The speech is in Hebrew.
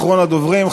אחרון הדוברים,